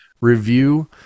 review